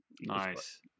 nice